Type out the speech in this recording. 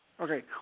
Okay